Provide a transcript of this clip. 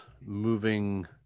moving